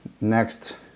next